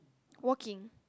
walking